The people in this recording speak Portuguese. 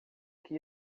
que